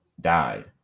died